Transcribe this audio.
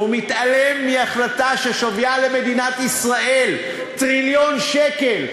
הוא מתעלם מהחלטה ששווייה למדינת ישראל הוא טריליון שקל,